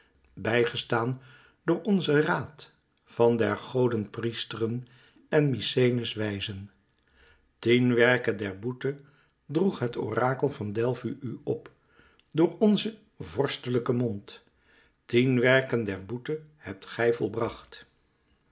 gestaan door onzen raad van der goden priesteren en mykenæ's wijzen tien werken der boete droeg het orakel van delfi u op door onzen vorstelijken mond tien werken der boete hebt gij volbracht